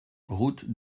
route